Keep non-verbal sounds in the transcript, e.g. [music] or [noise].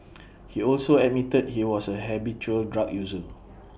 [noise] he also admitted he was A habitual drug user